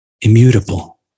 immutable